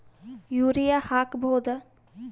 Urea ಹಾಕ್ ಬಹುದ?